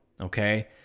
Okay